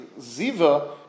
Ziva